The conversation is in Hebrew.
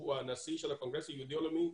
שהוא הנשיא של הקונגרס היהודי העולמי,